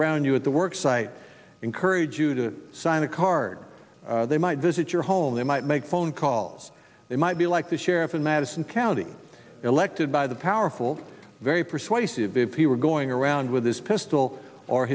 around you at the work site encourage you to sign a card they might visit your home they might make phone calls they might be like the sheriff in madison county elected by the powerful very persuasive if you were going around with this pistol or